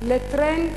לטרנד